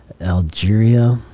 Algeria